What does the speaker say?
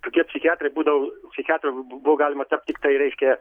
tokie psichiatrai būdavo psichiatru buvo galima tapt tiktai reikia